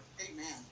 Amen